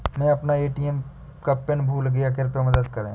मै अपना ए.टी.एम का पिन भूल गया कृपया मदद करें